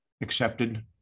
accepted